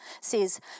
says